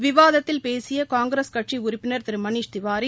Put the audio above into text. விவாதத்தில் பேசிய காங்கிரஸ் கட்சி உறுப்பினர் திரு மணிஷ் திவாரி